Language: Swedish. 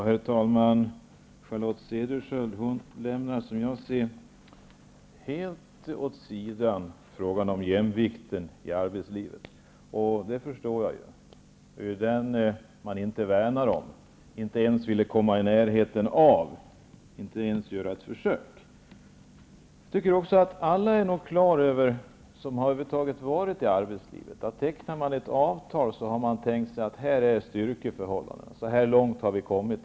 Herr talman! Charlotte Cederschiöld lämnar frågan om jämvikten i arbetslivet helt åt sidan. Det förstår jag. Den värnar man inte om och vill inte ens komma i närheten av, eller göra ens ett försök. Alla som över huvud taget har varit i arbetslivet är nog på det klara med att om man tecknar ett avtal så har man tänkt sig hur styrkeförhållandena skall vara och hur långt man har kommit.